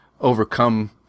overcome